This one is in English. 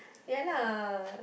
ya lah